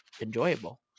enjoyable